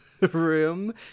room